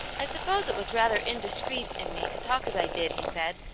i suppose it was rather indiscreet in me to talk as i did, he said,